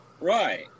right